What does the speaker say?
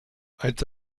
einst